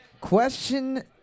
Question